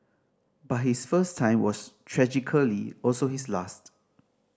but his first time was tragically also his last